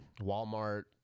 Walmart